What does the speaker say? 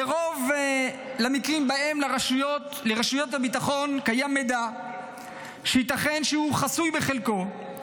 לרוב למקרים שבהם לרשויות הביטחון קיים מידע שייתכן שהוא חסוי בחלקו,